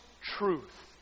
truth